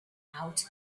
out